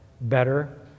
better